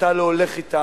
שאתה לא הולך אתם.